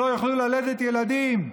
שלא יוכלו ללדת ילדים,